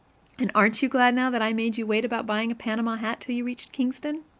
and aren't you glad now that i made you wait about buying a panama hat till you reached kingston?